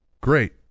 Great